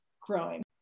growing